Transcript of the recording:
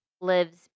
lives